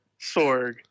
Sorg